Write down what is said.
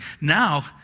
now